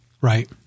Right